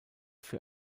für